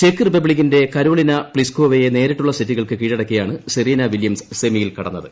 check റിപ്പബ്ലിക്കിന്റെ കരോലിന്റെ പ്ലിസ്കോവയെ നേരിട്ടുള്ള സെറ്റുകൾക്ക് കീഴടക്കിയാണ് സെറീനാ വീല്ലുർസ് സെമിയിൽ കടന്നത്